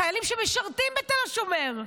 חיילים שמשרתים בתל השומר,